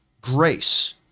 grace